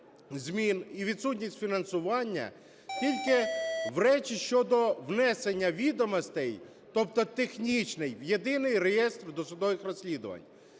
змін, і відсутність фінансування, тільки в речі щодо внесення відомостей, тобто технічний, в єдиний реєстр в досудових розслідувань.